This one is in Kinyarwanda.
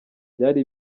byari